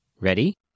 Ready